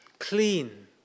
Clean